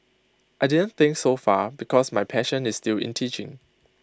I didn't think so far because my passion is still in teaching